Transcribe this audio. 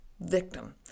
victim